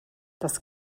das